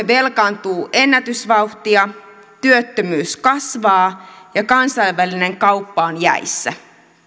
velkaantuu ennätysvauhtia työttömyys kasvaa ja kansainvälinen kauppa on jäissä